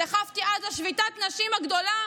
דחפתי עד שביתת הנשים הגדולה